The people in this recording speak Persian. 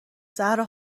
زهرا